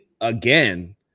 again